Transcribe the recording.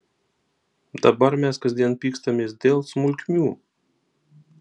dabar mes kasdien pykstamės dėl smulkmių